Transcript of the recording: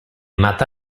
mata